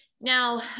Now